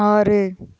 ஆறு